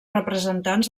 representants